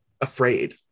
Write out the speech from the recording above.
afraid